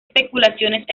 especulaciones